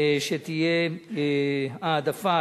שתהיה העדפה